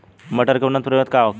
मटर के उन्नत प्रभेद का होखे?